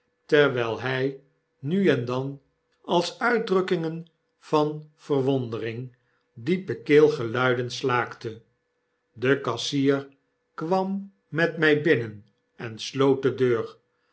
terwyl hy nu en dan als uitdrukkingen van verwondering diepe keelgeluiden slaakte de kassier kwam met mij binnen en sloot de deur